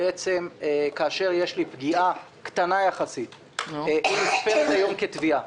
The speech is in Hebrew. כאשר יש פגיעה קטנה יחסית היא נספרת היום כתביעה.